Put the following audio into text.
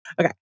Okay